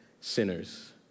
sinners